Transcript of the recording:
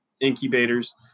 incubators